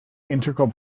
integral